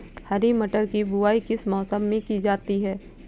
हरी मटर की बुवाई किस मौसम में की जाती है?